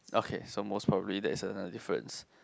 okay so most probably that is another difference